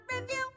Review